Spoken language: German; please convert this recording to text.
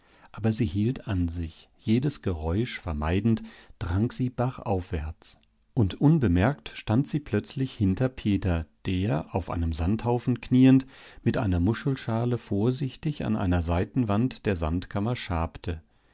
aber sie hielt an sich jedes geräusch vermeidend drang sie bachaufwärts und unbemerkt stand sie plötzlich hinter peter der auf einem sandhaufen kniend mit einer muschelschale vorsichtig an einer seitenwand der sandkammer schabte